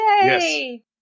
yay